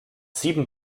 sieben